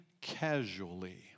casually